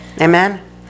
Amen